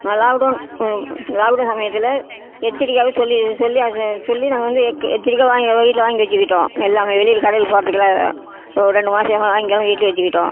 நான் லாக்டவுன் இந்த லாக்டவுன் சமயத்தில் எச்சரிக்கையாகவே சொல்லி சொல்லி அதை சொல்லி நாங்கள் வந்து எக்கு எச்சரிக்கையாக வாங்கி எல்லாம் வீட்டில் வாங்கி வச்சிக்கிட்டோம் எல்லாமே வெளியில் கடையில் போறத்துக்கிலாம் இல்லை ஒரு ரெண்டு மாதமா வாங்கி எல்லாம் வீட்டிலியே வச்சிக்கிட்டோம்